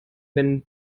wenn